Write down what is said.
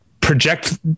project